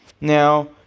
Now